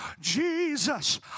Jesus